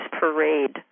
Parade